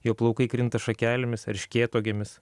jo plaukai krinta šakelėmis erškėtuogėmis